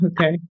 okay